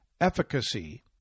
efficacy